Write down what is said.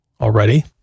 already